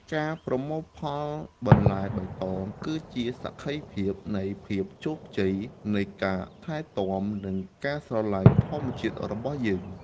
ការប្រមូលផលបន្លែបៃតងគឺជាសក្ខីភាពនៃភាពជោគជ័យនៃការថែទាំ និងការស្រឡាញ់ធម្មជាតិរបស់យើង។